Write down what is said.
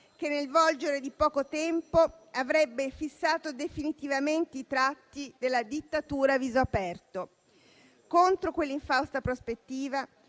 che, nel volgere di poco tempo, avrebbe fissato definitivamente i tratti della dittatura a viso aperto. Contro quell'infausta prospettiva,